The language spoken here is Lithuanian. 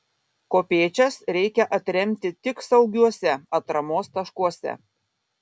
kopėčias reikia atremti tik saugiuose atramos taškuose